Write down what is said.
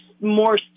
more